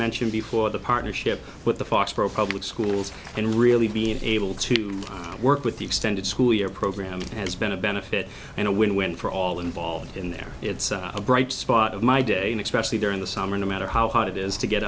mentioned before the partnership with the foxboro public schools and really being able to work with the extended school year program has been a benefit and a win win for all involved in there it's a bright spot of my day nick specially during the summer no matter how hard it is to get